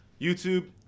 YouTube